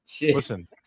Listen